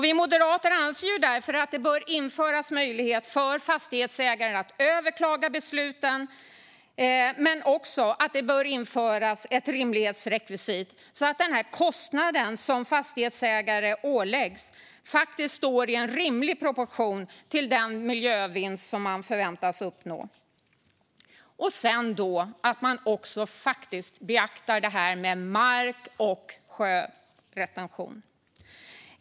Vi moderater anser därför att det bör införas möjlighet för fastighetsägare att överklaga besluten. Men det bör också införas ett rimlighetsrekvisit så att kostnaden som fastighetsägare åläggs står i rimlig proportion till den miljövinst som förväntas uppnås. Man måste också beakta mark och sjöretentionen.